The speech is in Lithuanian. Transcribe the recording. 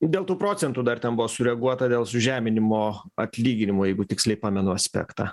dėl tų procentų dar ten buvo sureaguota dėl sužeminimo atlyginimo jeigu tiksliai pamenu aspektą